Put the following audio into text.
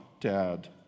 dad